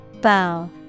Bow